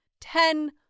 Ten